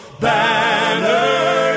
Banner